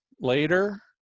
later